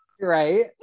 right